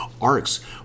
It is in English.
arcs